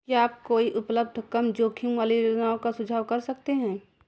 क्या आप कोई उपलब्ध कम जोखिम वाले योजनाओं का सुझाव कर सकते हैं